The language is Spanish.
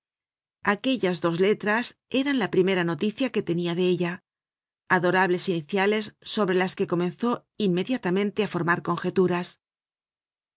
aquellas dos letras eran la primera noticia que tenia de ella adorables iniciales sobre las que comenzó inmediatamente á formar conjeturas